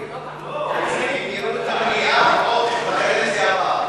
פרי, הם יראו את המליאה בקדנציה הבאה.